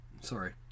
Sorry